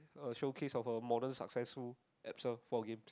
I want to showcase about modern successful at shop four gift